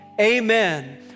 amen